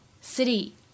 City